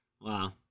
Wow